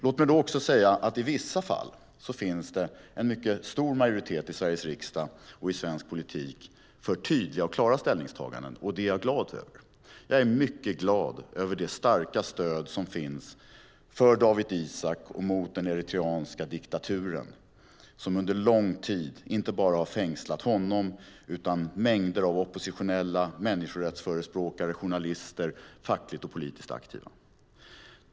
Låt mig också säga att det i vissa fall finns en mycket stor majoritet i Sveriges riksdag och i svensk politik som är för tydliga och klara ställningstaganden, och det är jag glad över. Jag är mycket glad över det starka stöd som finns för Dawit Isaak och mot den eritreanska diktaturen, som under lång tid inte bara har fängslat honom utan mängder av oppositionella, människorättsförespråkare, journalister och fackligt och politiskt aktiva.